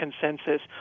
consensus